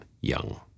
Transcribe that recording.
Young